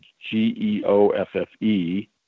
g-e-o-f-f-e